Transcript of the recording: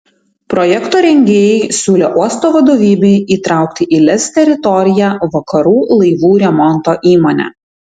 projekto rengėjai siūlė uosto vadovybei įtraukti į lez teritoriją vakarų laivų remonto įmonę